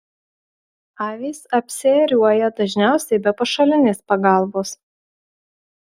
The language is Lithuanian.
avys apsiėriuoja dažniausiai be pašalinės pagalbos